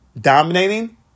dominating